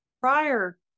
prior